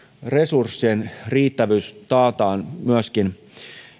resurssien riittävyys taataan myöskin